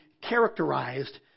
characterized